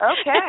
Okay